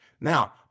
Now